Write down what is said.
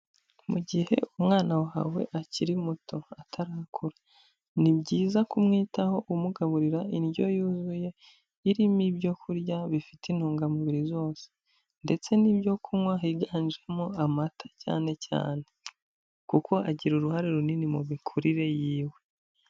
Mu gihe umwana wawe akiri muto atarakura, ni byiza kumwitaho umugaburira indyo yuzuye, irimo ibyo kurya bifite intungamubiri zose ndetse n'ibyo kunywa higanjemo amata cyane cyane, kuko agira uruhare runini mu mikurire yiwe.